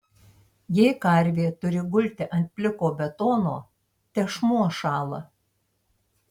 jei karvė turi gulti ant pliko betono tešmuo šąla